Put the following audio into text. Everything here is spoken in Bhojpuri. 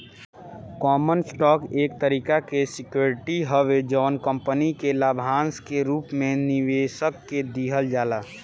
कॉमन स्टॉक एक तरीका के सिक्योरिटी हवे जवन कंपनी के लाभांश के रूप में निवेशक के दिहल जाला